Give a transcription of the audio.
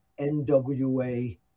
NWA